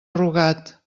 rugat